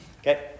Okay